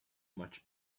much